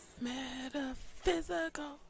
Metaphysical